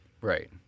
Right